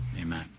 Amen